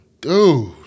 Dude